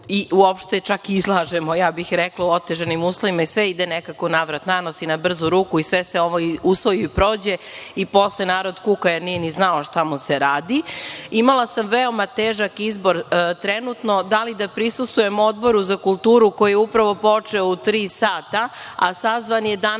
i uopšte izlažemo, rekla bih, u otežanim uslovima i sve ide nekako na vrat, na nos i na brzu ruku i sve se ovo usvoji i prođe i posle narod kuka jer nije ni znao šta mu se radi. Imala sam veoma težak izbor trenutno – da li da prisustvujem Odboru za kulturu, koji je upravo počeo u 15.00 časova, a sazvan je danas